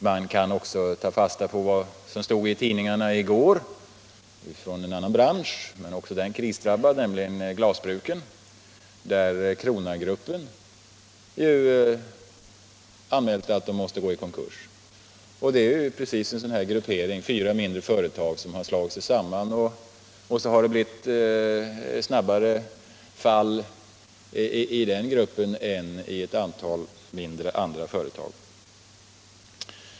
Man kan också ta fasta på vad som stod i tidningarna i går från en annan bransch men också den krisdrabbad, nämligen glasbruken, där Kronagruppen har anmält att den måste gå i konkurs. Det är just en sådan gruppering av fyra mindre företag som har slagit sig samman, och så har det blivit snabbare fall i den gruppen än det blivit i ett antal andra mindre företag.